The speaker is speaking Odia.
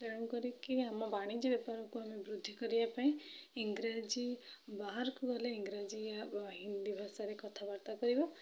ତେଣୁ କରିକି ଆମ ବାଣିଜ୍ୟ ବେପାରକୁ ଆମେ ବୃଦ୍ଧି କରିବାପାଇଁ ଇଂଗ୍ରାଜୀ ବାହାରକୁ ଗଲେ ଇଂଗ୍ରାଜୀ ହିନ୍ଦୀ ଭାଷାରେ କଥାବାର୍ତ୍ତା କରିବା